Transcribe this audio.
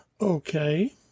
Okay